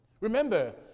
remember